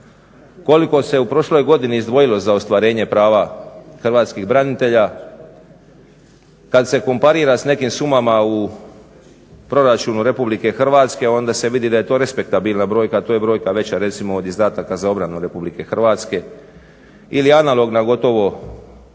koliko se u prošloj godini izdvojilo za ostvarenje prava hrvatskih branitelja. Kad se komparira sa nekim sumama u proračunu Republike Hrvatske onda se vidi da je to respektabilna brojka. To je brojka veća recimo od izdataka za obranu Republike Hrvatske ili analogna gotovo